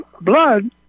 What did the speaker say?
blood